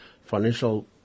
financial